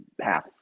half